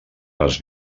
les